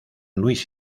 luis